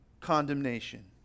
condemnation